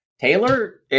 Taylor